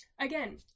again